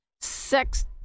sex